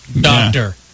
doctor